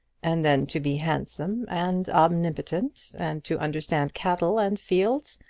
and then to be handsome, and omnipotent, and to understand cattle and fields!